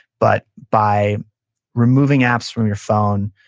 but by removing apps from your phone,